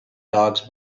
dogs